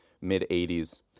mid-80s